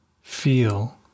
feel